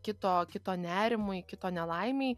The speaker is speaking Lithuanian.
kito kito nerimui kito nelaimei